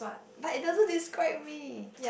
but it doesn't describe me